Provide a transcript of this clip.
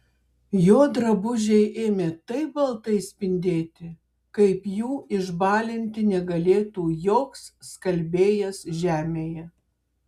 jo drabužiai ėmė taip baltai spindėti kaip jų išbalinti negalėtų joks skalbėjas žemėje